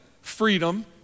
freedom